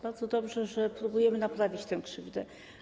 Bardzo dobrze, że próbujemy naprawić tę krzywdę.